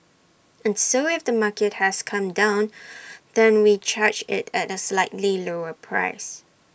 and so if the market has come down then we charge IT at A slightly lower price